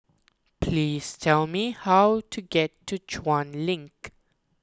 please tell me how to get to Chuan Link